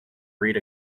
read